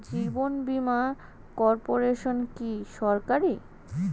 জীবন Bima Corporation কি সরকারি?